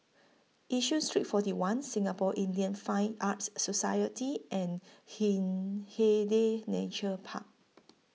Yishun Street forty one Singapore Indian Fine Arts Society and Hindhede Nature Park